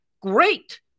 Great